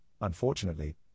unfortunately